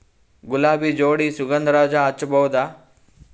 ಗುಲಾಬಿ ಜೋಡಿ ಸುಗಂಧರಾಜ ಹಚ್ಬಬಹುದ?